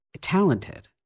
talented